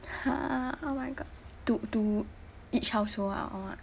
!huh! oh my god to to each household ah or what